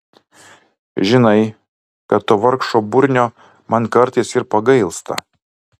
žinai kad to vargšo burnio man kartais ir pagailsta